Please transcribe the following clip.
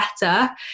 better